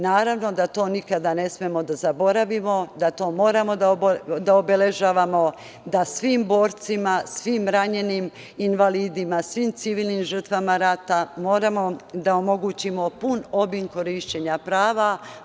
Naravno da to nikada ne smemo da zaboravimo, da to moramo da obeležavamo da svim borcima, svim ranjenima, svim invalidima, svim civilnim žrtvama rata moramo da omogućimo pun obim korišćenja prava.